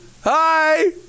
Hi